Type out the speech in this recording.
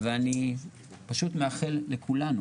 אני פשוט מאחל לכולנו